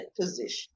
position